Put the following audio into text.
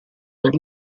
per